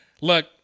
Look